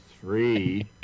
Three